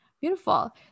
Beautiful